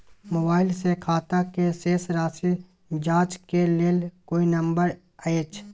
Mobile से खाता के शेस राशि जाँच के लेल कोई नंबर अएछ?